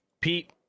Pete